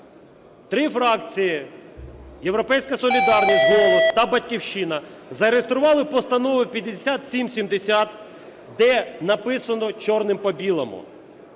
три фракції: "Європейська солідарність", "Голос" та "Батьківщина" - зареєстрували Постанову 5770, де написано чорним по білому: